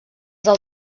del